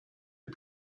est